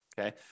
okay